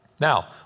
Now